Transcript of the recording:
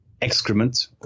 excrement